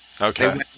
Okay